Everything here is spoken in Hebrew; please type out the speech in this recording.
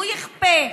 הוא יכפה,